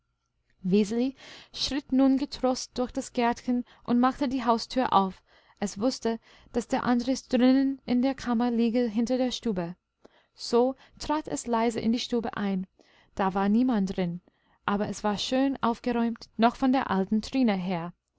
schritt nun getrost durch das gärtchen und machte die haustür auf es wußte daß der andres drinnen in der kammer liege hinter der stube so trat es leise in die stube ein da war niemand drin aber es war schön aufgeräumt noch von der alten trine her